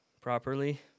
properly